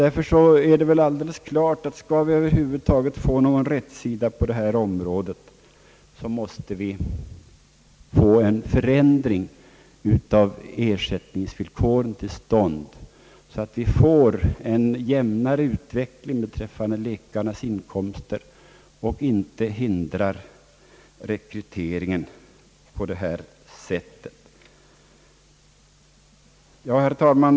Därför är det väl alldeles klart, att skall vi över huvud taget kunna få någon rätsida på detta problem, så måste vi få till stånd en förändring av ersättningsvillkoren som gör att det blir en jämnare utveckling av läkarnas inkomster, så att rekryteringen av läkare inte hindras på detta sätt. Herr talman!